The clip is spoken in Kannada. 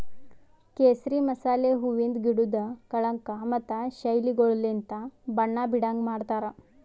ಕೇಸರಿ ಮಸಾಲೆ ಹೂವಿಂದ್ ಗಿಡುದ್ ಕಳಂಕ ಮತ್ತ ಶೈಲಿಗೊಳಲಿಂತ್ ಬಣ್ಣ ಬೀಡಂಗ್ ಮಾಡ್ತಾರ್